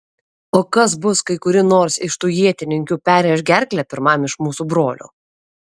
o kas bus kai kuri nors iš tų ietininkių perrėš gerklę pirmam iš mūsų brolių